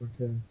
Okay